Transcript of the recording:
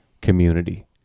community